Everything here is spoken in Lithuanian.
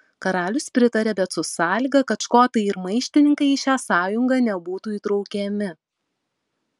karalius pritaria bet su sąlyga kad škotai ir maištininkai į šią sąjungą nebūtų įtraukiami